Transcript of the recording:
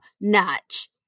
notch